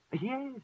Yes